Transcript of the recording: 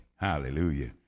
Hallelujah